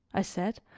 i said,